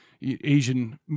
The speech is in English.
Asian